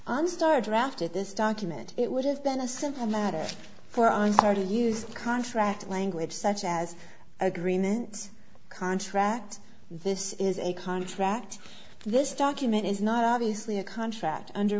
i'm star drafted this document it would have been a simple matter for our to use contract language such as agreement contract this is a contract this document is not obviously a contract under